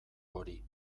hori